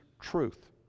truth